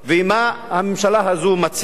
מה הממשלה הזאת מציעה?